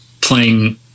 playing